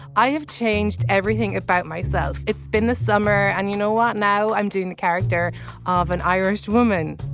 i have changed everything about myself. it's been the summer and you know what now i'm doing the character of an irish woman.